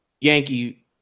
Yankee